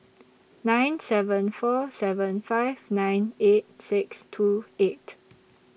nine seven four seven five nine eight six two eight